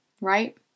right